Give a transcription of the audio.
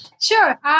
Sure